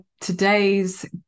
today's